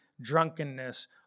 drunkenness